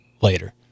later